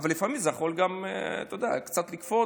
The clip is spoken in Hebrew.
אבל לפעמים זה יכול גם, אתה יודע, קצת לקפוץ,